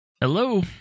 Hello